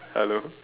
hello